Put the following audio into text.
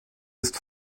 ist